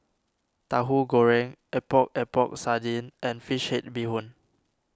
Tahu Goreng Epok Epok Sardin and Fish Head Bee Hoon